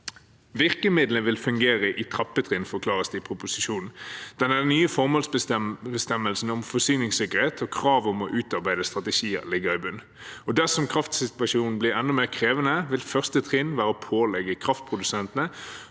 Virkemidlene vil fungere i trappetrinn, forklares det i proposisjonen. Den nye formålsbestemmelsen om forsyningssikkerhet og kravet om å utarbeide strategier ligger i bunn. Dersom kraftsituasjonen blir enda mer krevende, vil første trinn være å pålegge kraftprodusentene